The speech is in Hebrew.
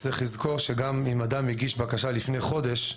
צריך לזכור שגם אם אדם הגיש בקשה לפני חודש,